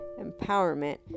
empowerment